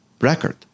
record